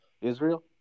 Israel